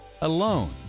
alone